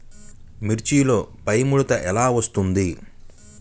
మిర్చిలో పైముడత ఎలా వస్తుంది?